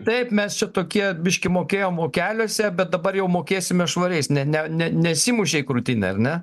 taip mes čia tokie biški mokėjom vokeliuose bet dabar jau mokėsime švariais ne ne ne nesimušė į krūtinę ar ne